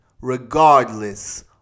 regardless